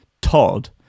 Todd